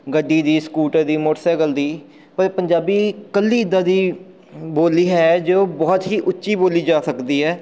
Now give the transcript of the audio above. ਗੱਡੀ ਦੀ ਸਕੂਟਰ ਦੀ ਮੋਟਰਸਾਈਕਲ ਦੀ ਪਰ ਪੰਜਾਬੀ ਇਕੱਲੀ ਇੱਦਾਂ ਦੀ ਬੋਲੀ ਹੈ ਜੋ ਬਹੁਤ ਹੀ ਉੱਚੀ ਬੋਲੀ ਜਾ ਸਕਦੀ ਹੈ